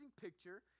picture